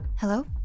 Hello